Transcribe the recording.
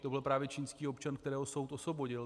To byl právě čínský občan, kterého soud osvobodil.